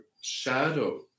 shadow